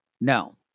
No